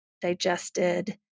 digested